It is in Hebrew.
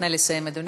נא לסיים, אדוני.